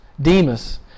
Demas